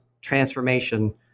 transformation